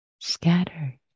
scattered